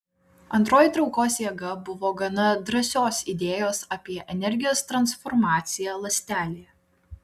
antroji traukos jėga buvo gana drąsios idėjos apie energijos transformaciją ląstelėje